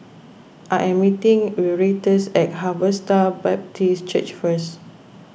I am meeting Erastus at Harvester Baptist Church first